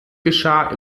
geschah